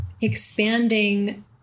expanding